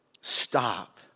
stop